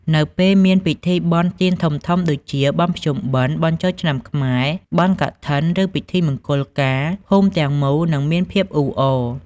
នៅពេលមានពិធីបុណ្យទានធំៗដូចជា បុណ្យភ្ជុំបិណ្ឌ បុណ្យចូលឆ្នាំខ្មែរ បុណ្យកឋិន ឬពិធីមង្គលការ ភូមិទាំងមូលនឹងមានភាពអ៊ូអរ ។